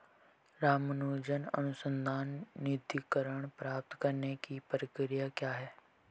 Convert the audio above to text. रामानुजन अनुसंधान निधीकरण प्राप्त करने की प्रक्रिया क्या है?